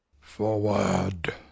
Forward